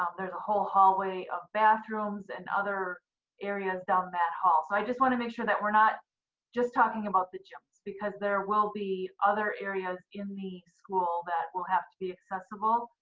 ah there's a whole hallways of bathrooms and other areas down that hall. so i just want to make sure that were not just talking about the gyms, because there will be other areas in the school that will have to be accessible,